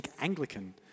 Anglican